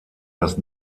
das